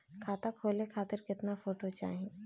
खाता खोले खातिर केतना फोटो चाहीं?